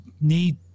need